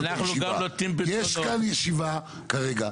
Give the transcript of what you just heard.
יש כאן ישיבה כרגע.